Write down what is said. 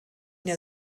der